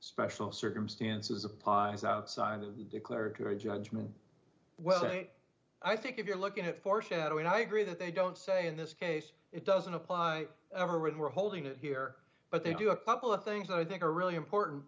special circumstances applies outside the declaratory judgment well i think if you're looking at foreshadowing i agree that they don't say in this case it doesn't apply ever when we're holding it here but they do a couple of things that i think are really important